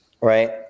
right